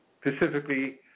specifically